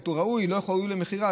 או ראוי או לא ראוי למכירה,